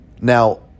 Now